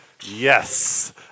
Yes